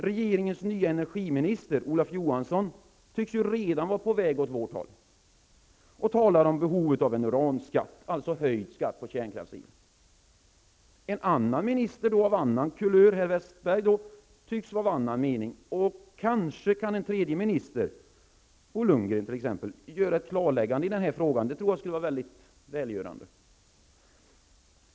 Regeringens nya energiminister, Olof Johansson, tycks redan vara på väg åt vårt håll och talar om behovet av en uranskatt, dvs. höjd skatt på kärnkraftsel. En minister av annan kulör, herr Westerberg, tycks dock vara av annan mening. Kanske kan en tredje minister, t.ex. Bo Lundgren, göra ett klarläggande i denna fråga? Det skulle vara väldigt välgörande.